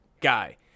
guy